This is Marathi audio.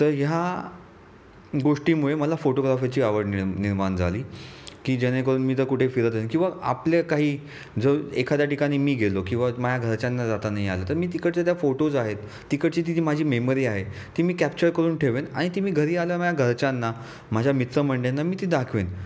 तर ह्या गोष्टीमुळे मला फोटोग्राफीची आवड निर्मा निर्माण झाली की जेणेकरून मी तर कुठे फिरत आहे किंवा आपल्या काही जो एखाद्या ठिकाणी मी गेलो किंवा माया घरच्यांना जाता नाही आलं तर मी तिकडच्या त्या फोटोज आहेत तिकडची ती माझी मेमरी आहे ती मी कॅप्चर करून ठेवेन आणि ती मी घरी आल्यावर घरच्यांना माझ्या मित्रमंडळींना मी ती दाखवेन